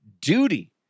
duty